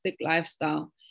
lifestyle